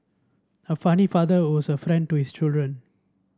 a funny father was a friend to his children